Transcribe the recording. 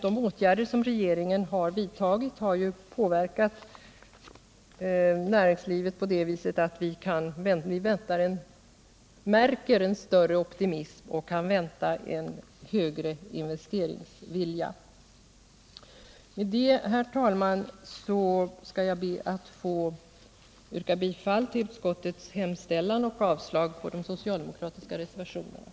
De åtgärder som regeringen har vidtagit har påverkat näringslivet på det viset att vi märker en större optimism och kan vänta en större investeringsvilja. Med det, herr talman, ber jag att få yrka bifall till utskottets hemställan och avslag på de socialdemokratiska reservationerna.